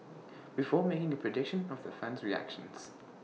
before making A prediction of their fan's reactions